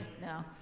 no